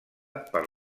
per